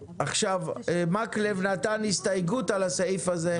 חבר הכנסת מקלב הציג הסתייגות על הסעיף הזה.